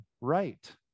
right